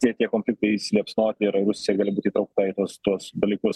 tie tie konfliktai įsiliepsnoti ir rusija gali būti įtraukta į tuos tuos dalykus